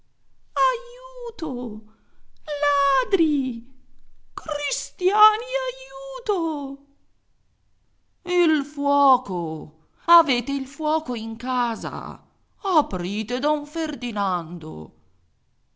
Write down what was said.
lassù aiuto ladri cristiani aiuto il fuoco avete il fuoco in casa aprite don ferdinando